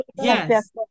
Yes